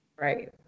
Right